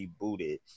rebooted